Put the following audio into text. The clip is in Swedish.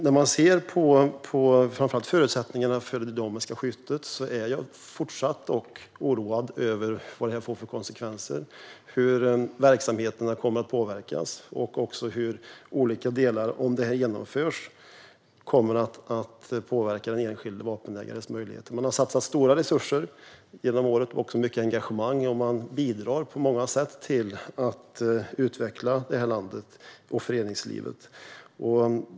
När det gäller framför allt förutsättningarna för det dynamiska skyttet är jag dock fortsatt oroad över vad detta får för konsekvenser, hur verksamheterna kommer att påverkas och hur de olika delarna, om det här genomförs, kommer att påverka den enskilde vapenägarens möjligheter. Man har genom åren satsat stora resurser och lagt ned mycket engagemang, och man bidrar på många sätt till att utveckla det här landet och föreningslivet.